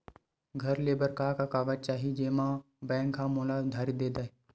घर ले बर का का कागज चाही जेम मा बैंक हा मोला उधारी दे दय?